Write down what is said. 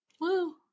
Woo